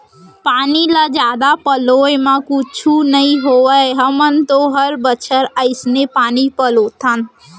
पानी ल जादा पलोय म कुछु नइ होवय हमन तो हर बछर अइसने पानी पलोथन